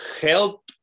help